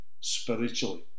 spiritually